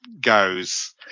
goes